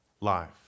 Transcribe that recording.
life